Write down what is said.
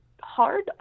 hard